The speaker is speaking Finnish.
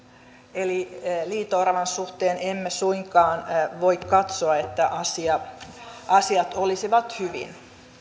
eli liito oravan suhteen emme suinkaan voi katsoa että asiat olisivat hyvin